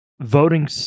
voting